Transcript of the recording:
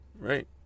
Right